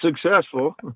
successful